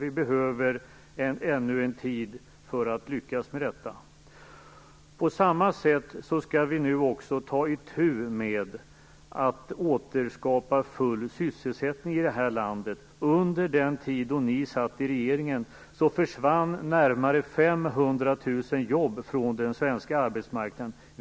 Vi behöver ännu en tid för att lyckas med detta. På samma sätt skall vi nu också ta itu med att återskapa full sysselsättning i detta land. Under den tid då ni satt i regeringen försvann närmare 500 000 jobb från den svenska arbetsmarknaden.